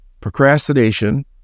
procrastination